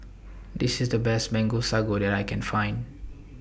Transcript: This IS The Best Mango Sago that I Can Find